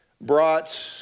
brought